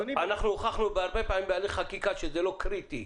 הוכחנו הרבה פעמים בהליך חקיקה שזה לא קריטי.